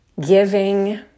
giving